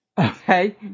Okay